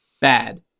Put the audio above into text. bad